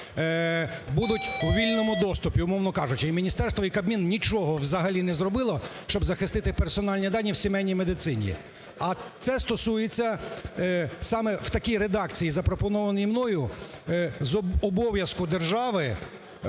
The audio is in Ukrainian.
будуть у вільному доступі, умовно кажучи. І міністерство, і Кабмін нічого взагалі не зробило, щоб захистити персональні дані в сімейній медицині. А це стосується, саме в такій редакції запропонованій мною, обов'язку держави